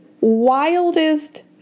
wildest